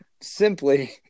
simply